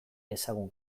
ezagun